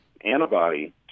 antibody